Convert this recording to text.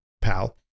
PAL